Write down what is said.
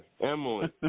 Emily